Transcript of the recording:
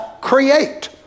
create